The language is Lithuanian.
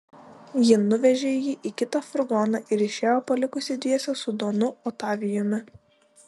ji nuvežė jį į kitą furgoną ir išėjo palikusi dviese su donu otavijumi